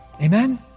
Amen